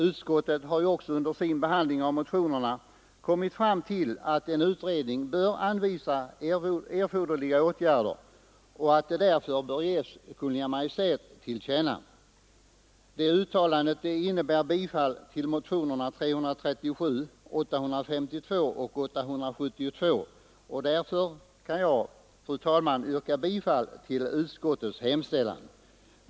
Utskottet har också under sin behandling av motionerna kommit fram till att en utredning bör anvisa erforderliga åtgärder och att det bör ges Kungl. Maj:t till känna. Det uttalandet innebär bifall till motionerna 337, 852 och 872, och därför kan jag, fru talman, yrka bifall till utskottets hemställan.